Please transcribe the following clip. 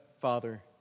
Father